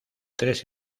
tres